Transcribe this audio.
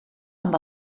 amb